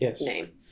name